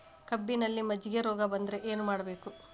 ಕಬ್ಬಿನಲ್ಲಿ ಮಜ್ಜಿಗೆ ರೋಗ ಬಂದರೆ ಏನು ಮಾಡಬೇಕು?